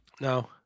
No